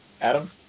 Adam